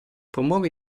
promuove